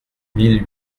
mille